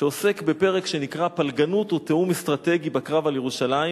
שעוסק בפרק שנקרא: פלגנות ותיאום אסטרטגי בקרב על ירושלים,